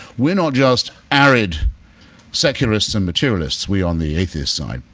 we're not just arid secularists and materialists, we on the atheist side.